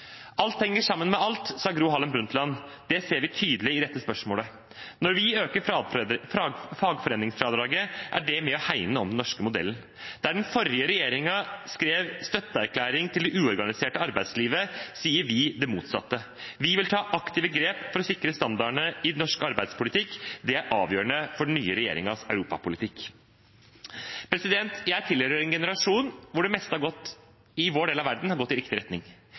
Alt henger sammen med alt, sa Gro Harlem Brundtland. Det ser vi tydelig i dette spørsmålet. Når vi øker fagforeningsfradraget, er det med på å hegne om den norske modellen. Der den forrige regjeringen skrev støtteerklæring til det uorganiserte arbeidslivet, sier vi det motsatte. Vi vil ta aktive grep for å sikre standardene i norsk arbeidspolitikk. Det er avgjørende for den nye regjeringens europapolitikk. Jeg tilhører en generasjon hvor det meste i vår del av verden har gått i riktig retning: